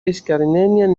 искоренения